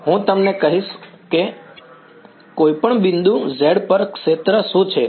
હું તમને કહીશ કે કોઈપણ બિંદુ z પર ક્ષેત્ર શું છે